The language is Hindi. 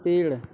पेड़